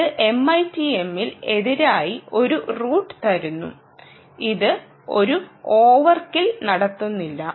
ഇത് MITM ൽ എതിരായി ഒരു റൂട്ട് തരുന്നു ഇത് ഒരു ഓവർകിൽ നടത്തുന്നില്ല